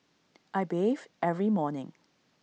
I bathe every morning